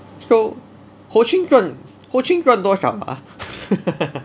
so ho ching 赚 ho ching 赚多少 ah